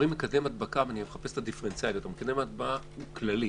מקדם ההדבקה הוא כללי.